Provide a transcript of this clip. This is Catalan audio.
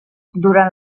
durant